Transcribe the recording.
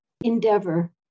endeavor